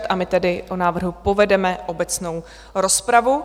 A my tedy o návrhu povedeme obecnou rozpravu.